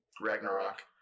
Ragnarok